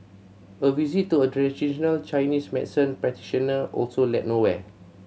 a visit to a traditional Chinese medicine practitioner also led nowhere